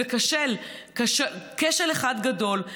כשל אחד גדול.